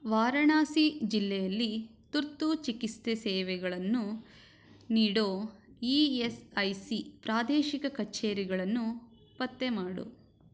ವಾರಣಾಸಿ ಜಿಲ್ಲೆಯಲ್ಲಿ ತುರ್ತು ಚಿಕಿತ್ಸೆ ಸೇವೆಗಳನ್ನು ನೀಡೋ ಇ ಎಸ್ ಐ ಸಿ ಪ್ರಾದೇಶಿಕ ಕಛೇರಿಗಳನ್ನು ಪತ್ತೆ ಮಾಡು